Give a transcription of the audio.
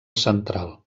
central